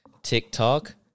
TikTok